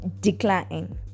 Decline